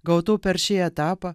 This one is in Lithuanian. gautų per šį etapą